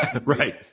right